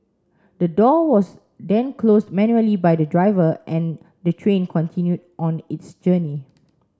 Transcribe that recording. the door was then closed manually by the driver and the train continued on its journey